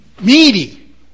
meaty